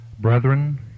Brethren